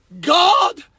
God